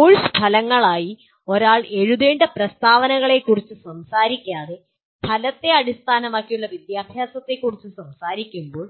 course ഫലങ്ങളായി ഒരാൾ എഴുതേണ്ട പ്രസ്താവനകളെക്കുറിച്ച് സംസാരിക്കാതെ ഫലത്തെ അടിസ്ഥാനമാക്കിയുള്ള വിദ്യാഭ്യാസത്തെക്കുറിച്ച് സംസാരിക്കുമ്പോൾ